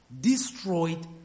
destroyed